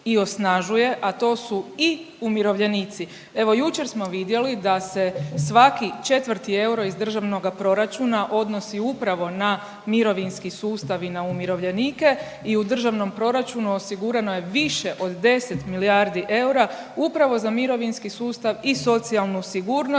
i osnažuje, a to su i umirovljenici. Evo jučer smo vidjeli da se svaki 4. euro iz državnoga proračuna odnosi upravo na mirovinski sustav i na umirovljenike i u državnom proračunu osigurano je više od 10 milijardi eura, upravo za mirovinski sustav i socijalnu sigurnost